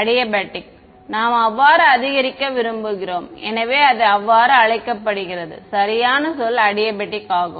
adiabatic நாம் மெதுவாக அதிகரிக விரும்புகிறோம் எனவே அது அவ்வாறு அழைக்கப்படுகிறது சரியான சொல் அடியபெடிக் ஆகும்